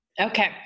Okay